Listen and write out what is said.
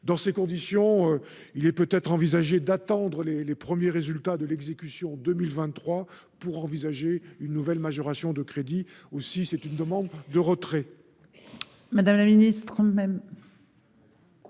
dans ces conditions, il est peut être envisagé d'attendre les les premiers résultats de l'exécution 2023 pour envisager une nouvelle majoration de crédits aussi, c'est une demande de retrait.